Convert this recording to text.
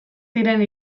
ziren